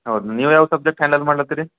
ಹೌದು ನೀವು ಯಾವ್ದು ಸಬ್ಜೆಕ್ಟ್ ಹ್ಯಾಂಡಲ್ ಮಾಡ್ಲತ್ತೀರಿ